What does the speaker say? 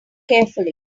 carefully